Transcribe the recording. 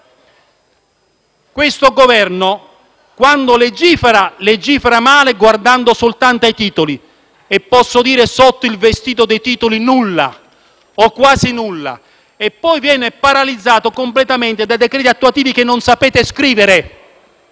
anno fa? Questo Governo, quando legifera, lo fa male guardando soltanto ai titoli - e posso dire che sotto il vestito dei titoli non c'è nulla o quasi nulla - e poi viene paralizzato completamente dai decreti attuativi che non sapete scrivere.